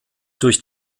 durch